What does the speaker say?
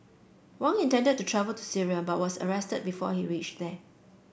Wang intended to travel to Syria but was arrested before he reached there